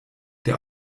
der